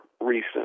recent